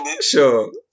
Sure